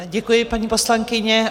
Děkuji, paní poslankyně.